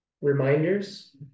Reminders